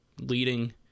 leading